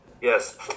Yes